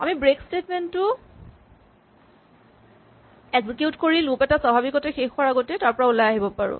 আমি break statement টো execute কৰি লুপ এটা স্বাভাৱিকতে শেষ হোৱাৰ আগতেই তাৰপৰা ওলাই আহিব পাৰো